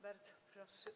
Bardzo proszę.